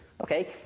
Okay